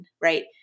Right